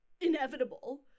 inevitable